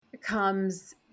comes